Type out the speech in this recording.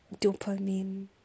dopamine